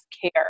care